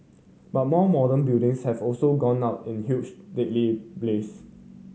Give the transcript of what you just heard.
but more modern buildings have also gone up in huge deadly blaze